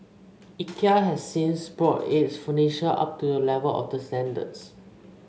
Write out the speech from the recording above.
Ikea has since brought its furniture up to the level of the standards